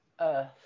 earth